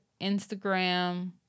Instagram